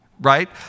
right